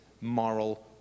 moral